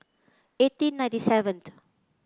eighteen ninety seven